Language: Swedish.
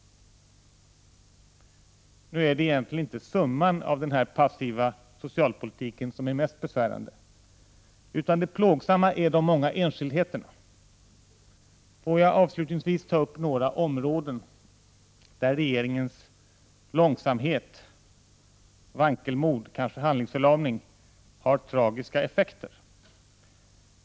Nu är det egentligen inte summan av denna passiva socialpolitik som är mest besvärande, utan det plågsamma är de många enskildheterna. Får jag avslutningsvis ta upp några områden där regeringens långsamhet, vankelmod och ibland handlingsförlamning har tragiska effekter.